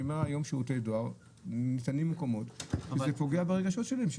היום שירותי דואר ניתנים במקומות שזה פוגע ברגשות של הציבור,